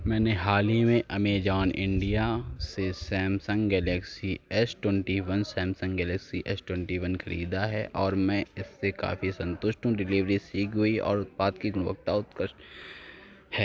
मैंने हाल ही में अमेजाॅन इण्डिया से Samsung Galaxy S twenty one Samsung Galaxy S twenty one खरीदा है और मैं इससे काफ़ी सन्तुष्ट हूँ डिलीवरी शीघ्र हुई और उत्पाद की गुणवत्ता उत्कृष्ट है